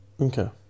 Okay